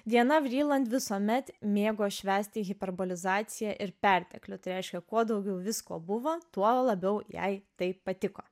diana vrilandvisuomet mėgo švęsti hiperbolizacija ir perteklių tai reiškia kuo daugiau visko buvo tuo labiau jai tai patiko